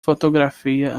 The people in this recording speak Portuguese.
fotografia